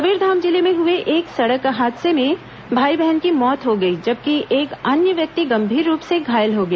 कबीरधाम जिले में हुए एक सड़क हादसे में भाई बहन की मौत हो गई जबकि एक अन्य व्यक्ति गंभीर रूप से घायल हो गया